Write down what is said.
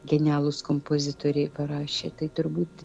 genialūs kompozitoriai parašė tai turbūt